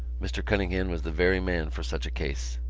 mr. cunningham was the very man for such a case.